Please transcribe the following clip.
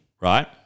right